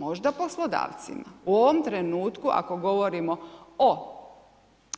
Možda poslodavcima, u ovom trenutku ako govorimo